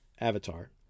avatar